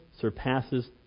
surpasses